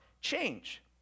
change